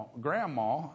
grandma